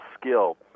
skill